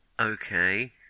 Okay